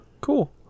cool